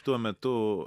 tuo metu